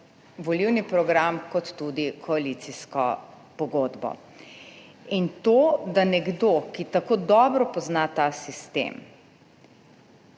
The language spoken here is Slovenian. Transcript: volilni program kot tudi v koalicijsko pogodbo. In to, da nekdo, ki tako dobro pozna ta sistem